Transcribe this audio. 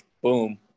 Boom